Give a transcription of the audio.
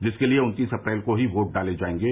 जिसके लिये उन्तीस अप्रैल को ही वोट डाले जायेंगे